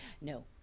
No